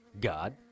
God